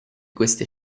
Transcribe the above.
queste